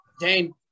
Dane